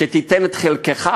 שתיתן את חלקך.